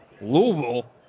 Louisville